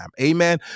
Amen